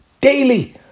daily